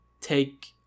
take